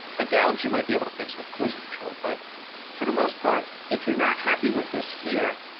a gouge you might be able to fix with collision control, but for the most part, if you're not happy with this here,